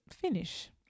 finish